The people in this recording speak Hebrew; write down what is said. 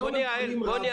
היום הם קונים רב-קו